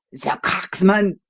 the cracksman!